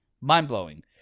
mind-blowing